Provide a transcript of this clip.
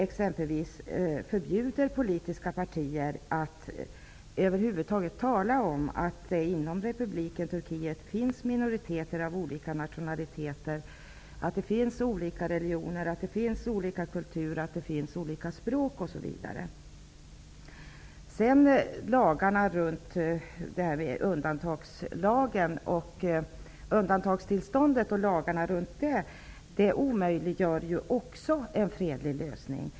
Exempelvis förbjuds politiska partier att över huvud taget tala om att det inom republiken Turkiet finns minoriteter av olika nationaliteter och att det finns olika religioner, kulturer och språk osv. Undantagstillståndet, och lagarna runt det, omöjliggör också en fredlig lösning.